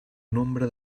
nombre